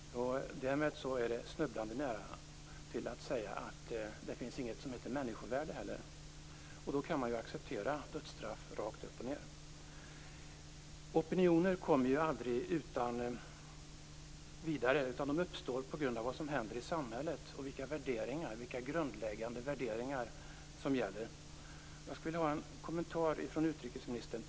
Därmed är det snubblande nära till att säga att det inte finns något som heter människovärde heller. Då kan man ju acceptera dödsstraff rakt upp och ned. Opinioner kommer ju aldrig utan vidare, utan de uppstår på grund av vad som händer i samhället och vilka grundläggande värderingar som gäller. Jag skulle vilja ha en kommentar från utrikesministern.